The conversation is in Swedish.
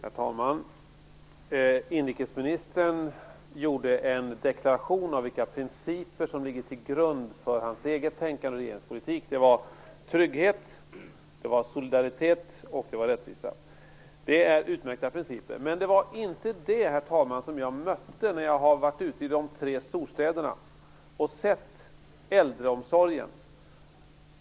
Herr talman! Inrikesministern gjorde en deklaration av vilka principer som ligger till grund för hans eget tänkande och regeringspolitik. Det var trygghet, det var solidaritet och det var rättvisa. Det är utmärkta principer. Men det är inte det, herr talman, som jag har mött när jag varit ute i de tre storstäderna och sett äldreomsorgen.